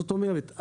זאת אומרת,